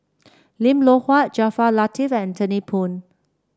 Lim Loh Huat Jaafar Latiff and Anthony Poon